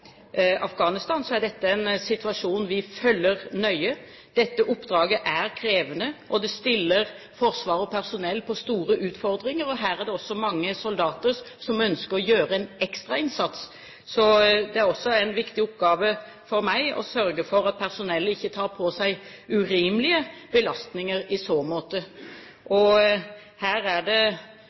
Afghanistan, er dette en situasjon vi følger nøye. Dette oppdraget er krevende, og det stiller Forsvaret og personell overfor store utfordringer. Her er det også mange soldater som ønsker å gjøre en ekstra innsats. Så det er også en viktig oppgave for meg å sørge for at personellet ikke tar på seg urimelige belastninger i så måte. Det er her likevel viktig å understreke at det